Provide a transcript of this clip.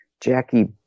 Jackie